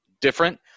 Different